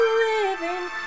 living